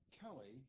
Kelly